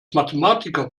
mathematiker